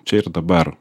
čia ir dabar